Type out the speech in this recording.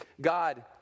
God